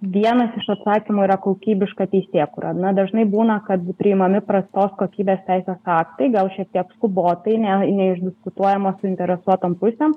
vienas iš atsakymų yra kokybiška teisėkūra na dažnai būna kad priimami prastos kokybės teisės aktai gal šiek tiek skubotai ne neišdiskutuojama su interesuotom pusėm